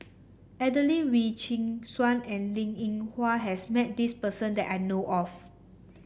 Adelene Wee Chin Suan and Linn In Hua has met this person that I know of